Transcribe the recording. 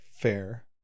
fair